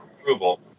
approval